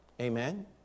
Amen